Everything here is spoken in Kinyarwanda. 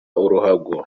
uruhago